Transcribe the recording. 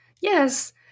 Yes